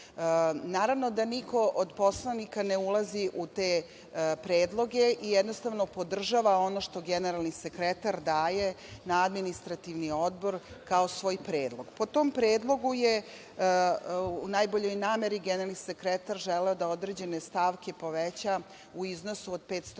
Naravno da niko od poslanika ne ulazi u te predloge i, jednostavno, podržava ono što generalni sekretar daje na Administrativni odbor kao svoj predlog. Po tom predlogu, je u najboljoj nameri, generalni sekretar želeo da određene stavke poveća, u iznosu od 500 miliona,